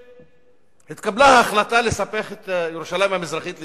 כשהתקבלה ההחלטה לספח את ירושלים המזרחית לישראל,